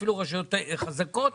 אפילו רשויות חזקות.